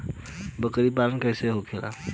बकरी पालन कैसे होला?